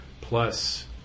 plus